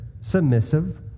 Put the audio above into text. submissive